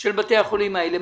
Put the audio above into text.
של בתי החולים האלה.